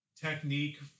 technique